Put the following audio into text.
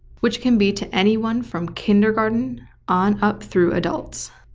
which can be to anyone from kindergarten on up through adults.